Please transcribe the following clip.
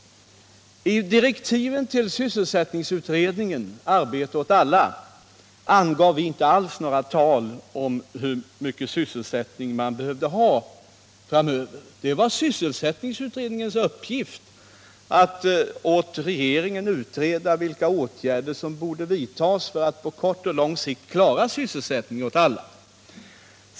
I direktiven till sysselsättningsutredningen angav vi inte alls några tal om hur stor sysselsättning man behövde ha framöver. Det var sysselsättningsutredningens uppgift att åt regeringen utreda vilka åtgärder som borde vidtas för att på kort och lång sikt klara sysselsättning åt alla.